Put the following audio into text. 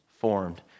formed